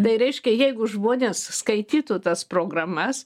tai reiškia jeigu žmonės skaitytų tas programas